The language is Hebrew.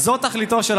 את דרכו התחיל